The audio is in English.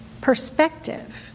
perspective